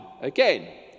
again